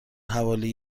حوالی